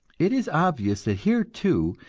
it is obvious that here, too,